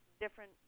different